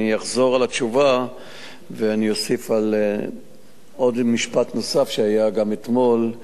אני אחזור על התשובה ואני אוסיף עוד משפט שהיה גם אתמול,